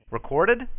Recorded